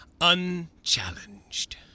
unchallenged